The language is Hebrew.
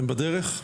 הם בדרך?